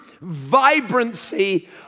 vibrancy